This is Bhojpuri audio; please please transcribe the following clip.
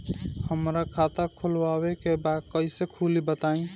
हमरा खाता खोलवावे के बा कइसे खुली बताईं?